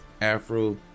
Afro